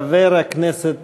חבר הכנסת